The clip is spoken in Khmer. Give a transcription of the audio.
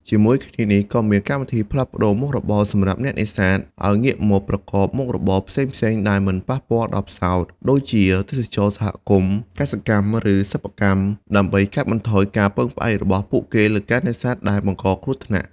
ជាមួយគ្នានេះ ក៏មានកម្មវិធីផ្លាស់ប្តូរមុខរបរសម្រាប់អ្នកនេសាទឱ្យងាកមកប្រកបមុខរបរផ្សេងៗដែលមិនប៉ះពាល់ដល់ផ្សោត ដូចជាទេសចរណ៍សហគមន៍ កសិកម្ម ឬសិប្បកម្ម ដើម្បីកាត់បន្ថយការពឹងផ្អែករបស់ពួកគេលើការនេសាទដែលបង្កគ្រោះថ្នាក់។